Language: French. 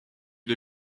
une